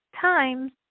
times